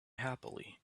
happily